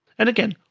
and again,